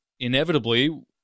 Inevitably